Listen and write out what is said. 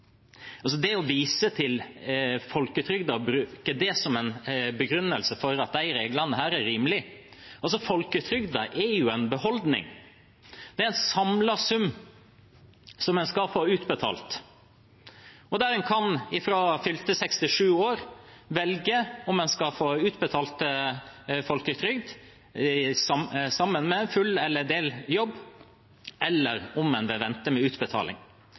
det som en begrunnelse for at disse reglene er rimelige. Men folketrygden er en beholdning, en samlet sum, som en skal få utbetalt, og en kan fra fylte 67 år velge om en skal få utbetalt folketrygd sammen med fulltids- eller deltidsjobb, eller om en vil vente med utbetaling.